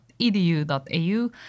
edu.au